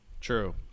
true